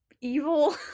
evil